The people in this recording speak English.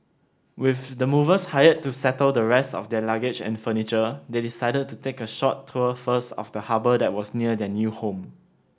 with the movers hired to settle the rest of their luggage and furniture they decided to take a short tour first of the harbour that was near their new home